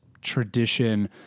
tradition